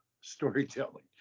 storytelling